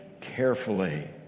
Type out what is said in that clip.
carefully